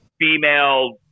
female